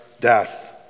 death